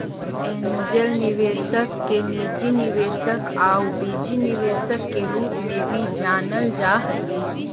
angel निवेशक के निजी निवेशक आउ बीज निवेशक के रूप में भी जानल जा हइ